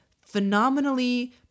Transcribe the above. phenomenally